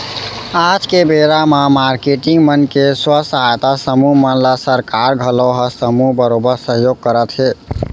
आज के बेरा म मारकेटिंग मन के स्व सहायता समूह मन ल सरकार घलौ ह समूह बरोबर सहयोग करत रथे